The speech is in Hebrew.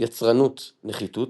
יצרנות-נחיתות,